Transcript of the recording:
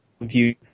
view